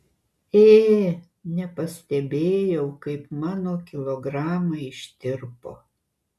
ė nepastebėjau kaip mano kilogramai ištirpo